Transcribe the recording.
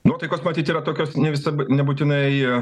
nuotaikos matyt yra tokios ne visa nebūtinai